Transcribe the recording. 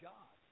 God